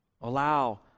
Allow